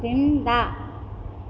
క్రింద